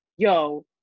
Yo